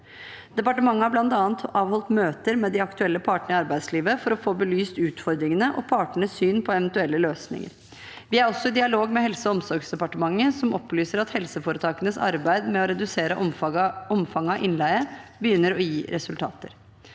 Departementet har bl.a. avholdt møter med de aktuelle partene i arbeidslivet for å få belyst utfordringene og partenes syn på eventuelle løsninger. Vi er også i dialog med Helse- og omsorgsdepartementet, som opplyser at helseforetakenes arbeid med å redusere omfanget av innleie begynner å gi resultater.